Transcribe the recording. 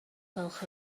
gwelwch